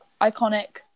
Iconic